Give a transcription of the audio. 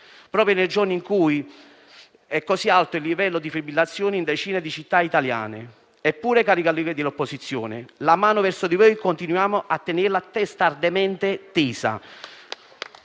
proprio nei giorni in cui è così alto il livello di fibrillazione in decine di città italiane. Eppure, cari colleghi dell'opposizione, la mano verso di voi continuiamo a tenerla testardamente tesa.